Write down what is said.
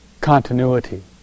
continuity